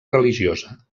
religiosa